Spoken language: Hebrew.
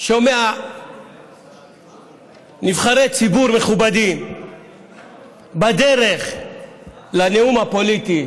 שומע נבחרי ציבור מכובדים בדרך לנאום הפוליטי,